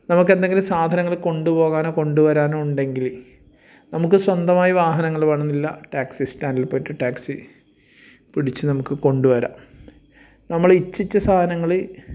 നമുക്കെന്തെങ്കിലും സാധനങ്ങൾ കൊണ്ടു പോകാനോ കൊണ്ടു വരാനോ ഉണ്ടെങ്കിൽ നമുക്ക് സ്വന്തമായി വാഹനങ്ങൾ വേണമെന്നില്ല ടാക്സി സ്റ്റാൻഡിൽ പോയിട്ട് ടാക്സി പിടിച്ച് നമുക്ക് കൊണ്ടുവരാൻ നമ്മൾ ഇഛിച്ച സാധനങ്ങൾ